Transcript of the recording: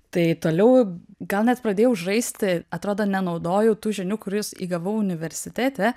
tai toliau gal net pradėjau žaisti atrodo nenaudojau tų žinių kurias įgavo universitete